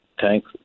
Thanks